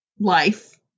life